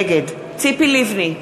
נגד ציפי לבני,